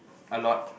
a lot